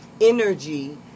energy